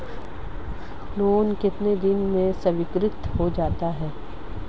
Loan कितने दिन में स्वीकृत हो जाता है?